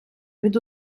від